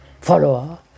follower